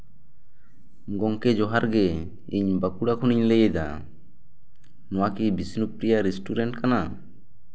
ᱜᱚᱢᱠᱮ ᱡᱚᱦᱟᱨᱜᱮ ᱤᱧ ᱵᱟᱸᱠᱩᱲᱟ ᱠᱷᱚᱱᱤᱧ ᱞᱟᱹᱭᱫᱟ ᱱᱚᱣᱟ ᱠᱤ ᱵᱤᱥᱱᱩ ᱯᱨᱤᱭᱟ ᱨᱮᱥᱴᱩᱨᱮᱱᱴ ᱠᱟᱱᱟ